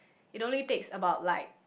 it only takes about like